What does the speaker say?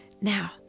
Now